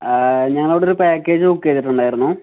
ഞാനവിടെയൊരു package book ചെയ്തിട്ടുണ്ടായിരുന്നു